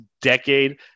decade